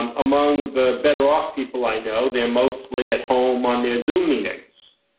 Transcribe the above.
um among the better off people i know they're mostly at home on their zoom meetings,